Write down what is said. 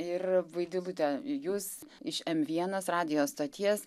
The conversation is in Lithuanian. ir vaidilute jūs iš m vienas radijo stoties